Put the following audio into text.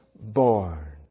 born